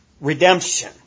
redemption